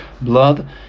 blood